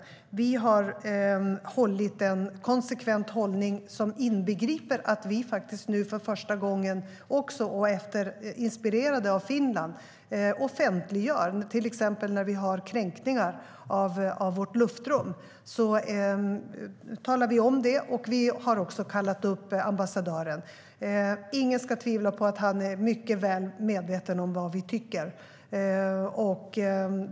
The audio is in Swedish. Vi har haft en konsekvent hållning som inbegriper att vi nu för första gången, inspirerade av Finland, offentliggör till exempel kränkningar av vårt luftrum. Nu talar vi om det. Vi har också kallat upp ambassadören. Det är inget tvivel om att han är mycket väl medveten om vad vi tycker.